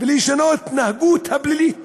ובהישנות ההתנהגות הפלילית,